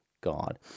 God